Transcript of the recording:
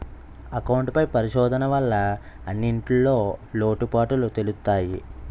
account పై పరిశోధన వల్ల అన్నింటిన్లో లోటుపాటులు తెలుత్తయి